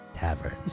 Tavern